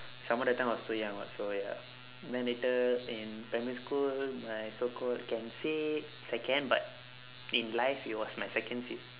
some more that time I was so young [what] so ya then later in primary school my so called can say second but in life it was my second Cs